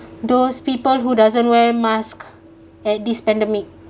those people who doesn't wear mask at this pandemic